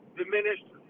diminished